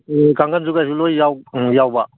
ꯀꯥꯡꯈꯟꯁꯨ ꯀꯩꯁꯨ ꯂꯣꯏ ꯌꯥꯎꯕ